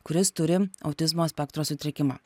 kuris turi autizmo spektro sutrikimą